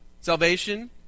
Salvation